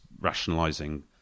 rationalising